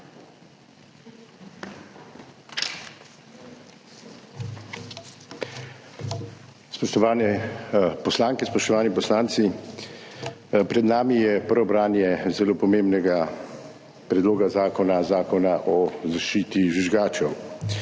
spoštovani poslanci! Pred nami je prvo branje zelo pomembnega predloga zakona, zakona o zaščiti žvižgačev.